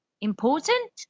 important